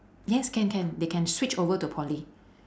yes can can they can switch over to poly